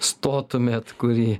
stotumėt kurį